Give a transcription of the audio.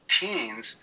teens